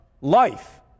life